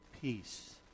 peace